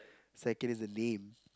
second is the name